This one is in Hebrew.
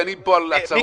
דנים פה על הצעות.